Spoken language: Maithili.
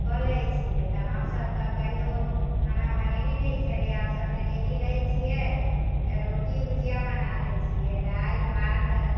कऽ लैत छियै तऽ हमसभ तऽ कहियो खाना बनेने नहि छलियै आबसभ ट्रेनिंग लैत छियै तऽ रोटी भुजिया बना लैत छियै दालि भात